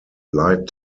light